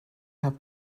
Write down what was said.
have